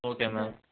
okay ma'am